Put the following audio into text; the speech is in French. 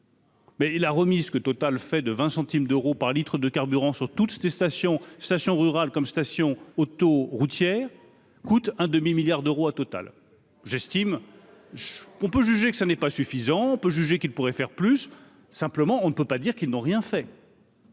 Mais il a remise que Total fait de 20 centimes d'Euro par litre de carburant sur toute cette station stations rurales comme stations autoroutières coûte un demi-milliard d'euros total j'estime qu'on peut juger que ça n'est pas suffisant, on peut juger qu'il pourrait faire plus, simplement on ne peut pas dire qu'ils n'ont rien fait.